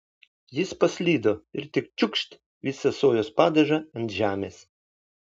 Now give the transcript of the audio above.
jis paslydo ir tik čiūkšt visą sojos padažą ant žemės